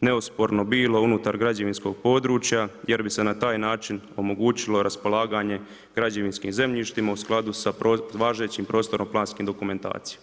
neosporno bilo unutar građevinskog područja, jer bi se na taj način omogućilo raspolaganje građevinskim zemljištima, u skladu sa važećim prostorno planskim dokumentacijom.